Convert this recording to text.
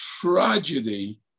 tragedy